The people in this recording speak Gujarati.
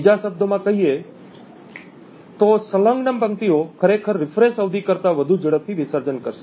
બીજા શબ્દોમાં કહીએ તો સંલગ્ન પંક્તિઓ ખરેખર રિફ્રેશ અવધિ કરતાં વધુ ઝડપથી વિસર્જન કરશે